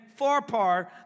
Farpar